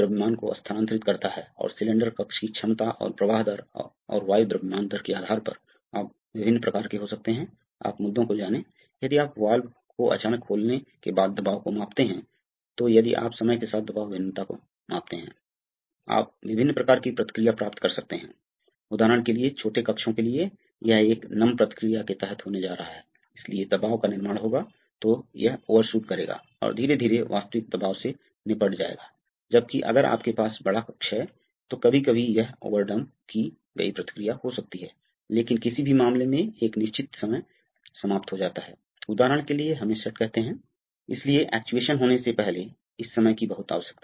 हमने unloading circuit system pressure selection circuit विभिन्न प्रकार के रेसिप्रोकेटिंग सर्किट रैपिड मोड्स के साथ रेसिप्रोकेटिंग सर्किट रीजनरेशन के साथ रेसिप्रोकेटिंग सर्किट रीजनरेशन के साथ पारंपरिक रेसिप्रोकेटिंग सर्किट देखे हैं अंत में हमने अनुक्रमण सर्किट देखे हैं जो मूल रूप से एक से अधिक सिलेंडरों के साथ रेसिप्रोकेटिंग सर्किट हैं ठीक है